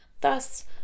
Thus